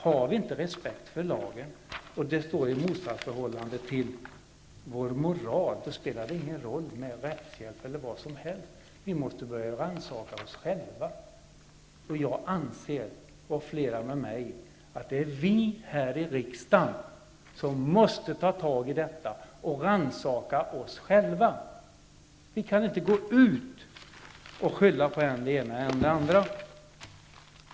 Har vi inte respekt för lagen och det står i motsatsförhållande till vår moral spelar det ingen roll med rättshjälp eller vad som helst -- vi måste börja rannsaka oss själva. Jag, och flera med mig, anser att vi här i riksdagen måste ta tag i detta och rannsaka oss själva. Vi kan inte gå ut och skylla på än det ena, än det andra.